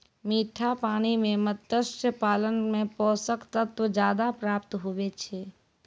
मीठा पानी मे मत्स्य पालन मे पोषक तत्व ज्यादा प्राप्त हुवै छै